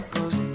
Cause